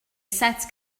set